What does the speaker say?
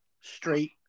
straight